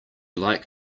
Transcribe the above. like